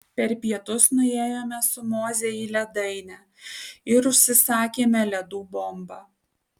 per pietus nuėjome su moze į ledainę ir užsisakėme ledų bombą